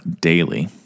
daily